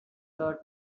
her